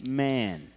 man